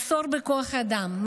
מחסור בכוח אדם,